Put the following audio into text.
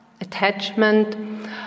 attachment